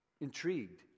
intrigued